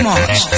March